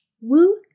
Woo